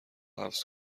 حبس